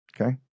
okay